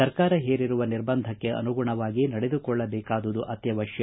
ಸರ್ಕಾರ ಹೇರಿರುವ ನಿರ್ಬಂಧಕ್ಕೆ ಅನುಗುಣವಾಗಿ ನಡೆದುಕೊಳ್ಳಬೇಕಾದುದು ಅತ್ತವಶ್ಯ